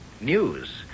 News